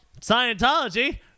Scientology